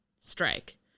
strike